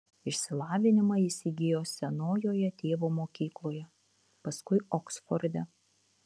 išsilavinimą jis įgijo senojoje tėvo mokykloje paskui oksforde